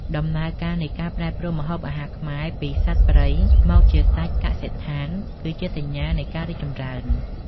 ដំណើរនៃការប្រែប្រួលម្ហូបអាហារខ្មែរពីសត្វព្រៃមកជាសាច់កសិដ្ឋាន គឺជាសញ្ញានៃការរីកចម្រើន។